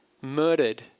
murdered